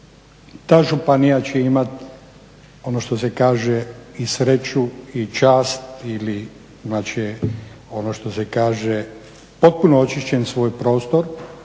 ta županija će imat ono što se kaže i sreću i čast ili da će ono što se kaže potpuno očišćeni svoj prostor